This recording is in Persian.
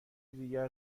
دیگر